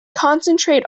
concentrate